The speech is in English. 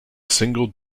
single